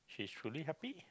she's truly happy